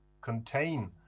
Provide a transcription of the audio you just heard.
contain